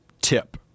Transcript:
tip